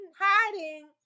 hiding